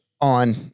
on